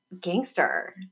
gangster